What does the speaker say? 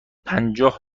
پنجاه